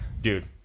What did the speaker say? dude